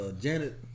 Janet